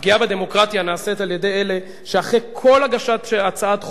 הפגיעה בדמוקרטיה נעשית על-ידי אלה שאחרי כל הגשת הצעת חוק,